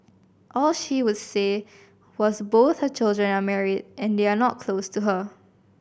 all she would say was both her children are married and they are not close to her